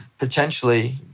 potentially